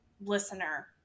listener